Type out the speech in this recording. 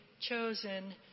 chosen